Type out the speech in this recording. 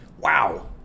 wow